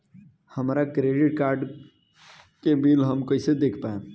हमरा credit card के bill हम कइसे देख पाएम?